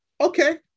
Okay